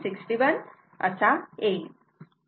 61 असा येईल